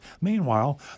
Meanwhile